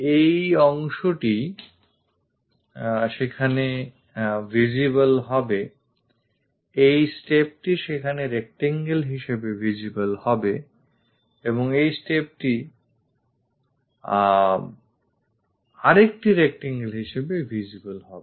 এই অংশটি সেখানে visible হবে এই stepটি সেখানে rectangle হিসেবে visible হবে এবং এই stepটি আরেকটি rectangle হিসেবে visible হবে